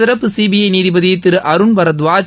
சிறப்பு சிபிஐ நீதிபதி திரு அருண்பரத்வாஜ்